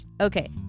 Okay